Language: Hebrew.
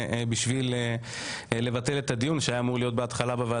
בשביל לבטל את הדיון שהיה אמור להיות בוועדה